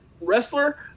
wrestler